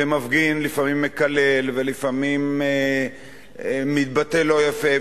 ומפגין לפעמים מקלל ולפעמים מתבטא לא יפה,